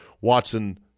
Watson